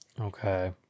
Okay